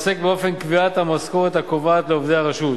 עוסק באופן קביעת המשכורת הקובעת לעובדי הרשות.